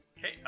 Okay